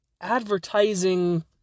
advertising